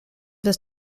this